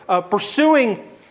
pursuing